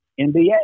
NBA